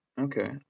okay